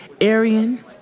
Arian